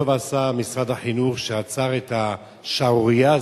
טוב עשה משרד החינוך כשעצר את השערורייה הזאת.